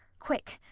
quick,